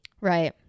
Right